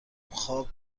خواب